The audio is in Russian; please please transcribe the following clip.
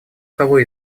кого